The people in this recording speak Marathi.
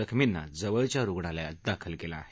जखमींना जवळच्या रुग्णालयात दाखल केलं आहे